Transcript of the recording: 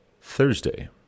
Thursday